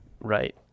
right